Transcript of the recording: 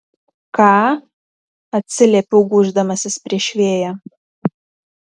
ką atsiliepiau gūždamasis prieš vėją